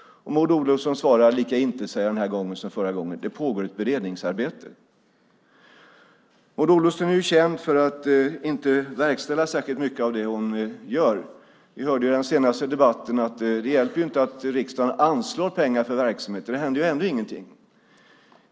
Maud Olofsson svarar lika intetsägande som förra gången att det pågår ett beredningsarbete. Maud Olofsson är känd för att inte verkställa särskilt mycket av det hon gör. Vi hörde i den senaste debatten att det inte hjälper att riksdagen anslår pengar till verksamhet, för det händer ändå ingenting.